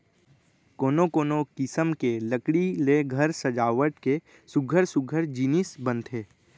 कोनो कोनो किसम के लकड़ी ले घर सजावट के सुग्घर सुग्घर जिनिस बनथे